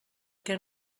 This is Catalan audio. què